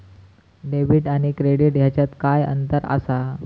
Debit आणि credit ह्याच्यात काय अंतर असा?